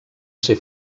ser